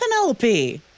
Penelope